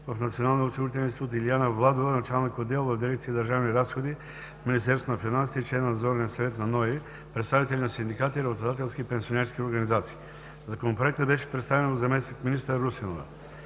– директор на дирекция в НОИ, Илияна Владова – началник отдел в дирекция „Държавни разходи“ в Министерството на финансите и член на Надзорния съвет на НОИ, представители на синдикални, работодателски и пенсионерски организации. Законопроектът беше представен от заместник-министър Русинова.